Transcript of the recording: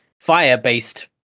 fire-based